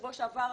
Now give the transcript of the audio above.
שבוע שעבר,